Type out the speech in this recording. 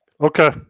Okay